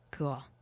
Cool